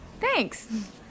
Thanks